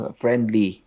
friendly